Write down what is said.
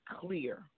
clear